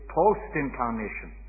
post-incarnation